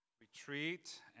retreat